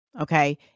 okay